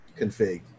config